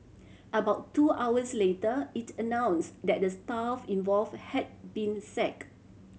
about two hours later it announced that the staff involved had been sacked